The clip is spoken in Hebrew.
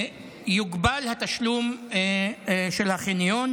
יוגבל עבורו התשלום של החניון.